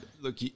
look